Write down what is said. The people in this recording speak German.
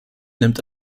nimmt